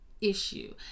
issue